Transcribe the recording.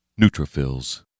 Neutrophils